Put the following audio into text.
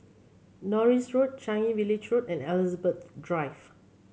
Norris Road Changi Village Road and Elizabeth Drive